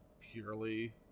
purely